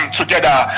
together